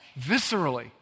viscerally